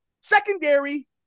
secondary